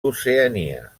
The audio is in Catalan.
oceania